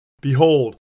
Behold